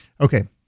Okay